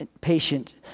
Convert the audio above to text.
patient